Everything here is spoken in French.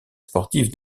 sportive